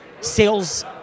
sales